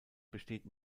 besteht